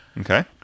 Okay